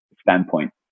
Standpoint